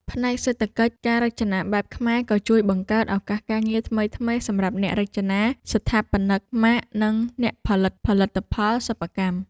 ផ្នែកសេដ្ឋកិច្ច ការរចនាបែបខ្មែរក៏ជួយបង្កើតឱកាសការងារថ្មីៗ សម្រាប់អ្នករចនា ស្ថាបនិកម៉ាក និងអ្នកផលិតផលិតផលសិប្បកម្ម។